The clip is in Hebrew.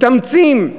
מתאמצים.